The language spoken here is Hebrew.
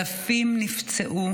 אלפים נפצעו,